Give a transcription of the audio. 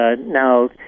now